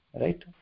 Right